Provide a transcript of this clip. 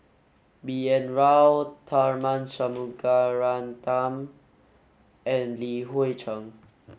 B N Rao Tharman Shanmugaratnam and Li Hui Cheng